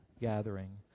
gathering